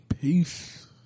Peace